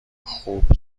خوب